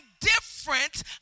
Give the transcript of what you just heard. different